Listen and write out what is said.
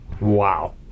Wow